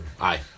aye